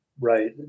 Right